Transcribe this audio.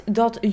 dat